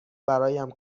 برایم